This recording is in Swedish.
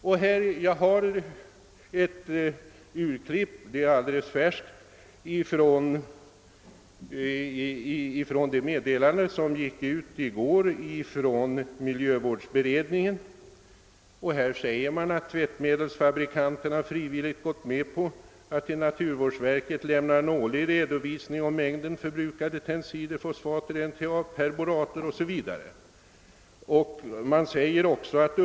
Jag har här ett alldeles färskt tidningsurklipp där ett meddelande från miljövårdsberedningen redovisas och i vilket det bl.a. heter: »Tvättmedelsfabrikanterna har frivilligt gått med på att till naturvårdsverket lämna en årlig redovisning om mängden förbrukade tensider, fosfater, NTA och perborater. Detta meddelades vid miljövårdsberedningens sammanträde på tisdagen.